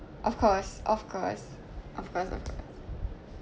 of course of course of course of course